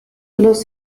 los